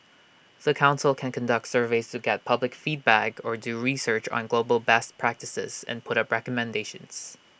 the Council can conduct surveys to get public feedback or do research on global best practices and put up recommendations